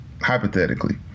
hypothetically